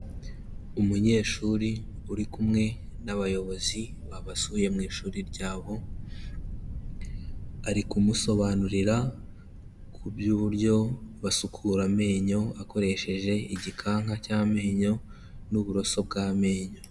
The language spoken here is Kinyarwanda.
Umunyeshuri uri kumwe n'abayobozi babasuye mu ishuri ryabo, ari kumusobanurira ku by'uburyo basukura amenyo akoresheje igikanka cy'amenyo n'uburoso bw'amenyo.